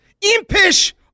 Impish